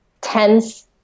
tense